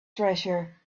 treasure